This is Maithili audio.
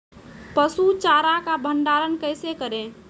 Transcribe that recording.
पसु चारा का भंडारण कैसे करें?